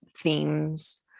themes